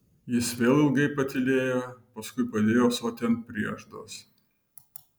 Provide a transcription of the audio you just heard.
jis vėl ilgai patylėjo paskui padėjo ąsotį ant prieždos